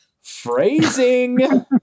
phrasing